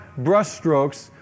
brushstrokes